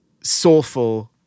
soulful